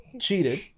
cheated